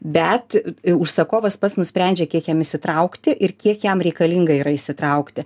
bet užsakovas pats nusprendžia kiek jam įsitraukti ir kiek jam reikalinga yra įsitraukti